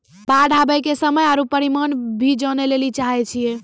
बाढ़ आवे के समय आरु परिमाण भी जाने लेली चाहेय छैय?